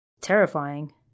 terrifying